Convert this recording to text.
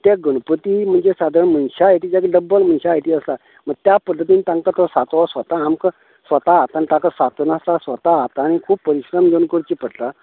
ते गणपती म्हणजे सादारण मनश्या हाय्टी च्याकून डब्बल मनशा हाय्टी आसा त्या पद्दतीन तांकां तो साचो तो स्वता आमकां स्वता हातान ताका साचो नासता ताका स्वता हातान खूब परिश्रम करून करचे पडटा